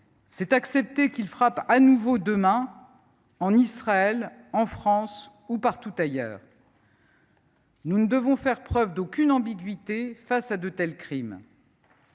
c’est accepter qu’il frappe de nouveau demain, en Israël, en France ou partout ailleurs. Nous ne devons faire preuve d’aucune ambiguïté face à de tels crimes.